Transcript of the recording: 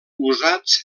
usats